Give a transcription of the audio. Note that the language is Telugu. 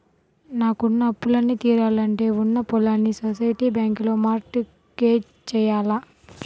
నాకున్న అప్పులన్నీ తీరాలంటే ఉన్న పొలాల్ని సొసైటీ బ్యాంకులో మార్ట్ గేజ్ జెయ్యాల